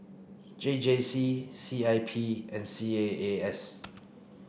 J J C C I P and C A A S